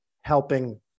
helping